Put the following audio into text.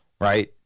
right